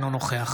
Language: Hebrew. אינו נוכח